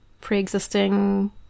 pre-existing